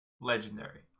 legendary